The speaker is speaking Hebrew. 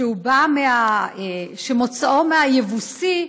שמוצאו מהיבוסי,